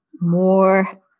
more